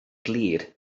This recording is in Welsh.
glir